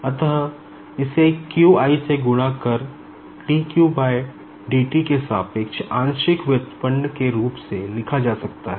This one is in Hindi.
अतः इसे q j से गुणा कर dqdt के सापेक्ष आंशिक व्युत्पन्न के रूप से लिखा जा सकता है